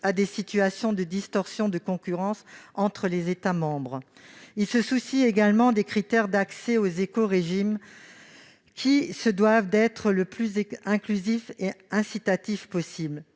à des situations de distorsion de concurrence entre États membres. Ils se soucient également des critères d'accès aux écorégimes, qui doivent être aussi inclusifs et incitatifs que possible.